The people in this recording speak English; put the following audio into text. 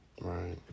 Right